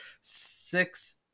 six